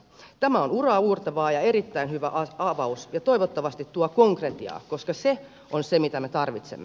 tämä on uraauurtavaa ja erittäin hyvä avaus ja toivottavasti tuo konkretiaa koska se on se mitä me tarvitsemme